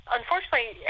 Unfortunately